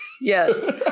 Yes